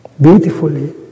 beautifully